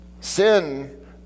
Sin